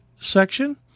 section